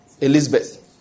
Elizabeth